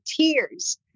tears